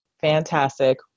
Fantastic